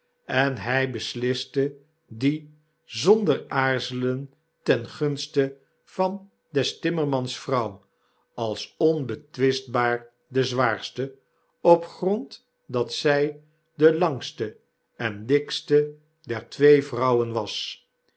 en hy besliste die zonder aarzelen ten gunste van des timmermans vrouw als onbetwistbaar de zwaarste op grond dat zy de langste en dikste der twee vrouwen was